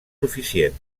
suficient